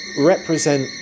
represent